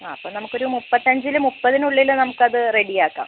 ആ അപ്പോൾ നമുക്കൊരു മുപ്പത്തഞ്ചിൽ മുപ്പത്തിനുള്ളിൽ നമുക്കതു റെഡിയാക്കാം